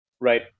right